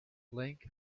link